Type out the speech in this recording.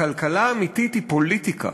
הכלכלה האמיתית היא פוליטיקה.